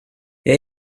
jag